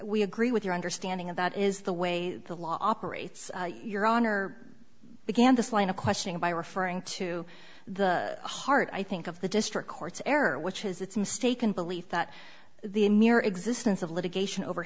we agree with your understanding of that is the way the law operates your honor began this line of questioning by referring to the heart i think of the district court's error which has its mistaken belief that the mere existence of litigation over